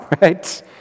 right